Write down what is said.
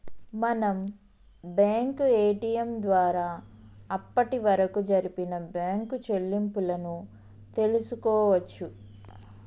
మనం bank ATM ద్వారా అప్పటివరకు జరిపిన బ్యేంకు చెల్లింపులను తెల్సుకోవచ్చు